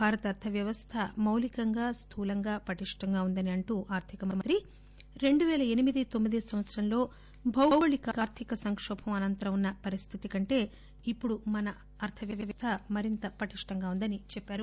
భారత అర్థ వ్యవస్థ మౌలికంగా స్థూలంగా పటిష్షంగా ఉందని అంటూ ఆర్లిక మంత్రి రెండు పేల ఎనిమిది తొమ్మిది సంవత్సరంలో భౌగోళిక ఆర్లిక సంకోభం అనంతరం ఉన్న పరిస్దితి కంటే ఇప్పుడు మన అర్ద వ్యవస్ద మరింత పటిష్టంగా ఉందని అన్నారు